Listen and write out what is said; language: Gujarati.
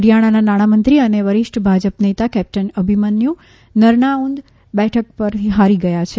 હરિયાણાના નાણાંમંત્રી અને વરિષ્ટ ભાજપ નેતા કેપ્ટન અભિમનયું નરનાઉન્દ બેઠક પરથી હારી ગયા છે